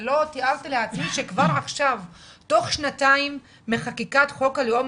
ולא תיארתי לעצמי שכבר עכשיו תוך שנתיים מחקיקת חוק הלאום